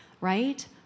right